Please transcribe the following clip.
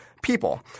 People